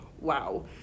wow